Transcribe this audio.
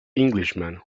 englishman